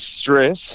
stress